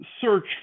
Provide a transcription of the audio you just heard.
search